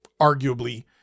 arguably